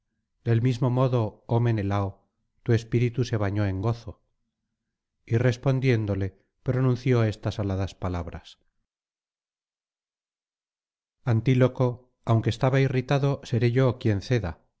del mismo modo oh menelao tu espíritu se bañó en gozo y respondiéndole pronunció estas aladas palabras antí loco aunque estaba irritado seré yo quien ceda